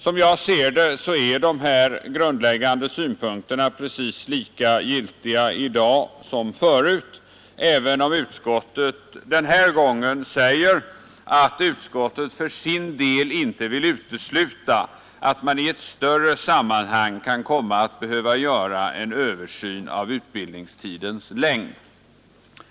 Som jag ser det är dessa grundläggande synpunkter precis lika giltiga i dag som förut, även om utskottet den här gången säger att utskottet för sin del inte vill utesluta att man i ett större sammanhang kan komma att behöva göra en översyn av utbildningstidens längd.